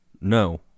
no